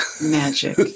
Magic